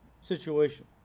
situation